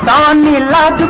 on new law